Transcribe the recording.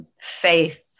faith